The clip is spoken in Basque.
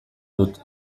dut